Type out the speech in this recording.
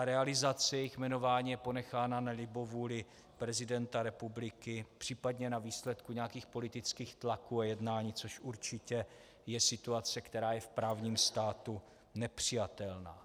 Realizace jejich jmenování je ponechána na libovůli prezidenta republiky, případně na výsledku nějakých politických tlaků a jednání, což určitě je situace, která je v právním státě nepřijatelná.